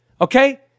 okay